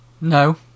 No